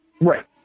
Right